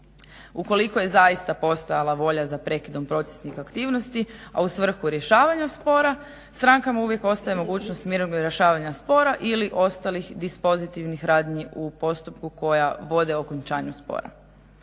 Ukoliko je zaista postojala volja za prekidom procesnih aktivnosti, a u svrhu rješavanja spora, strankama uvijek ostaje mogućnost mirovnog rješavanja spora ili ostalih dispozitivnih radnji u postupku koja vode okončanu spora.